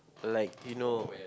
like you know